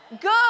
Good